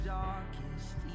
darkest